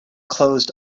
closed